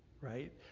Right